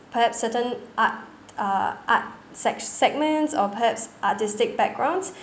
perhaps certain art uh art segs~ segments or perhaps artistic backgrounds